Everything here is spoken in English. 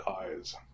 eyes